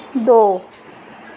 दो